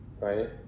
right